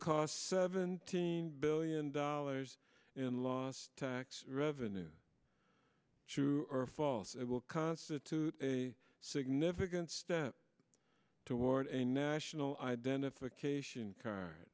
cost seventeen billion dollars in lost tax revenues to false it will constitute a significant step toward a national identification car